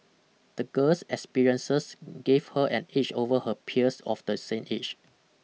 the girl's experiences gave her an edge over her peers of the same age